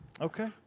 Okay